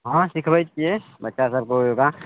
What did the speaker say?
ह सिखबय छियै बच्चा सबके योगा